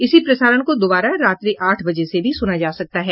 इसी प्रसारण को दोबारा रात्रि आठ बजे से भी सुना जा सकता है